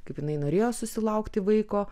kaip jinai norėjo susilaukti vaiko